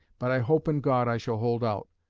but i hope in god i shall hold out.